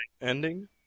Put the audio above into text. ending